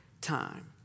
time